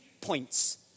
points